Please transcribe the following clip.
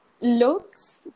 looks